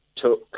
took